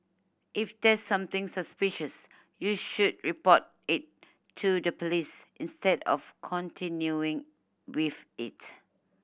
if there's something suspicious you should report it to the police instead of continuing with it